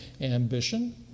ambition